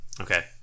Okay